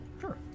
sure